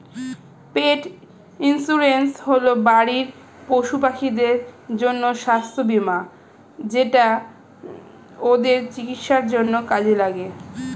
পেট insurance হল বাড়ির পশুপাখিদের জন্য স্বাস্থ্য বীমা যেটা ওদের চিকিৎসার জন্য কাজে লাগে